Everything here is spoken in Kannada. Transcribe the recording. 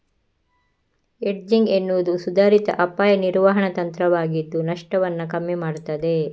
ಹೆಡ್ಜಿಂಗ್ ಎನ್ನುವುದು ಸುಧಾರಿತ ಅಪಾಯ ನಿರ್ವಹಣಾ ತಂತ್ರವಾಗಿದ್ದು ನಷ್ಟವನ್ನ ಕಮ್ಮಿ ಮಾಡ್ತದೆ